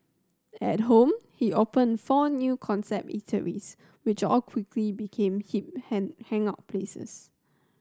at home he opened four new concept eateries which all quickly became hip hang hangout places